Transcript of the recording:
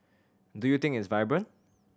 do you think it's vibrant